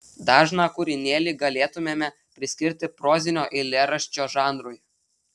dažną kūrinėlį galėtumėme priskirti prozinio eilėraščio žanrui